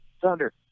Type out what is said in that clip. Thunder